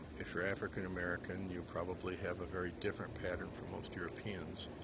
if you're african-american, you probably have a very different pattern from most europeans,